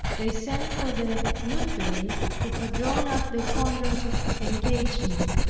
they sent for the notary, who had drawn up the contract of engagement.